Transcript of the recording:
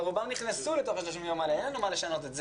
ורובם כבר נכנסו לתוך ה-30 יום האלה ואין לנו מה לשנות את זה.